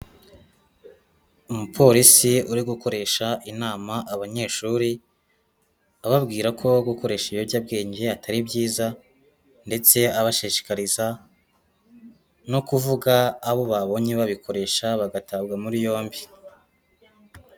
Umupolisi uri gukoresha inama abanyeshuri. Ababwira ko, gukoresha ibiyobyabwenge atari byiza. Ndetse abashishikariza, no kuvuga abo babonye babikoresha, bagatabwa muri yombi.